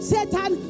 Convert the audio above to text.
Satan